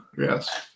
Yes